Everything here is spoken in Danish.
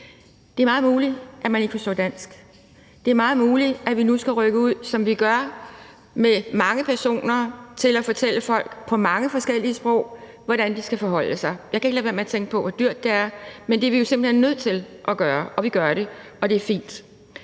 Det er meget muligt, at man ikke forstår dansk. Det er meget muligt, at vi nu skal rykke ud, som vi gør, med mange personer til at fortælle folk på mange forskellige sprog, hvordan de skal forholde sig. Jeg kan ikke lade være med at tænke på, hvor dyrt det er, men det er vi jo simpelt hen nødt til at gøre, og vi gør det, og det er fint.